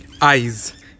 eyes